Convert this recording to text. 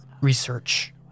research